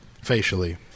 facially